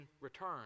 return